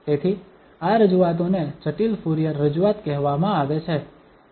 તેથી આ રજૂઆતોને જટિલ ફુરિયર રજૂઆત કહેવામાં આવે છે